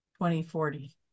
2040